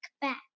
back